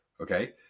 okay